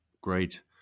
Great